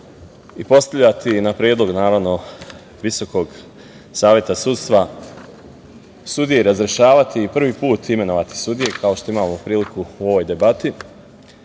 i postavljati na predlog naravno Visokog saveta sudstva, sudije razrešavati i prvi put imenovati sudije, kao što imamo priliku u ovoj debati,